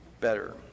better